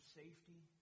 safety